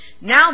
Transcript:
now